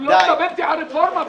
הוא לא מדבר איתי על הרפורמה בכלל.